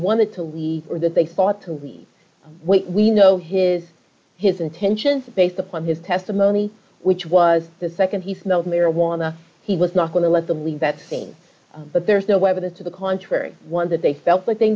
wanted to leave or that they thought to leave we know his his intention based upon his testimony which was the nd if not marijuana he was not going to let them leave that scene but there's no evidence to the contrary one that they felt like they